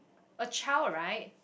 a child right